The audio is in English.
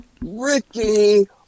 Ricky